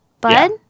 bud